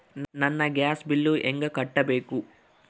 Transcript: ನನ್ನ gas bill ಹೆಂಗ ಕಟ್ಟಬೇಕು?